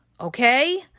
Okay